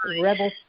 rebel